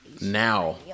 now